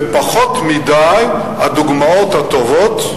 וקיימות פחות מדי דוגמאות טובות.